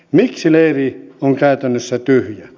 miksi leiri on käytännössä tyhjä